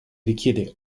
richiede